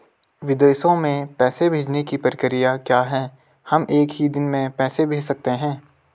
विदेशों में पैसे भेजने की प्रक्रिया क्या है हम एक ही दिन में पैसे भेज सकते हैं?